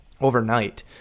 overnight